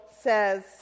says